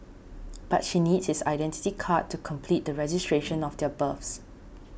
but she needs his Identity Card to complete the registration of their births